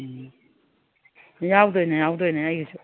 ꯎꯝ ꯌꯥꯎꯗꯣꯏꯅꯦ ꯌꯥꯎꯗꯦꯏꯅꯦ ꯑꯩꯒꯤꯁꯨ